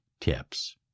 tips